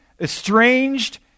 estranged